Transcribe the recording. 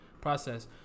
process